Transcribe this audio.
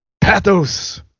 Pathos